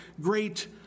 great